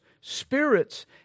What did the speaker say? spirits